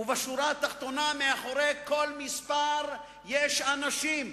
ובשורה התחתונה, מאחורי כל מספר יש אנשים,